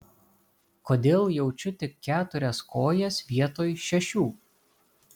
kodėl jaučiu tik keturias kojas vietoj šešių